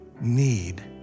need